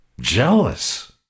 jealous